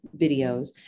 videos